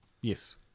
Yes